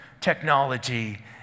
technology